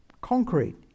concrete